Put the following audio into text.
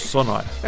Sonora